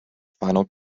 final